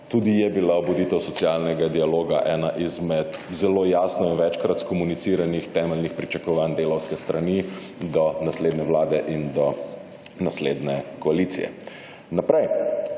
Tudi je bila obuditev socialnega dialoga ena izmed zelo jasno in večkrat skomuniciranih temeljnih pričakovanj delavske strani do naslednje vlade in do naslednje koalicije. Naprej,